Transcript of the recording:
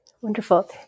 Wonderful